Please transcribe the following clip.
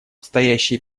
стоящие